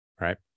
right